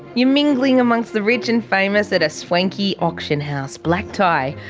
you're mingling amongst the rich and famous at a swanky auction house. black tie.